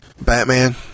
Batman